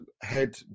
head